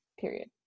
period